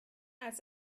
als